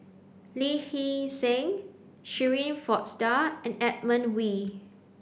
Lee Hee Seng Shirin Fozdar and Edmund Wee